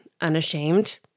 unashamed